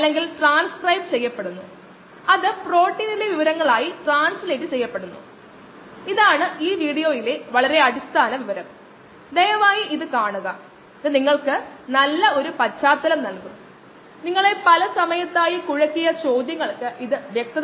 അതിനാൽ ബയോമാസ് കോശങ്ങൾ അല്ലെങ്കിൽ ബയോമാസ് സബ്സ്റ്റേറ്റുകൾ ഉൽപ്പന്നങ്ങൾ എന്നിവയുടെ സാന്ദ്രത കണ്ടെത്താൻ നമുക്ക് നല്ല അളവെടുക്കൽ രീതികൾ ആവശ്യമാണ്